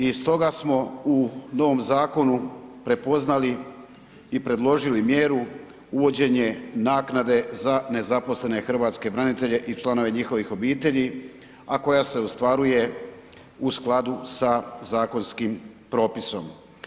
I stoga smo u novom zakonu prepoznali i predložili mjeru uvođenje naknade za nezaposlene hrvatske branitelje i članove njihovih obitelji a koja se usklađuje u skladu sa zakonskim propisom.